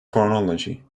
chronology